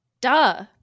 Duh